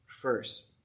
First